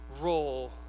role